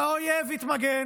שהאויב יתמגן,